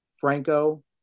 Franco